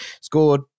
scored